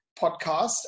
podcast